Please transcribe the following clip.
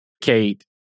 Kate